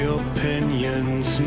opinions